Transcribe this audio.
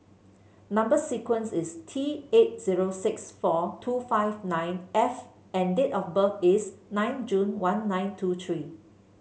number sequence is T eight zero six four two five nine F and date of birth is nine June one nine two three